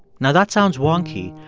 now, that sounds wonky,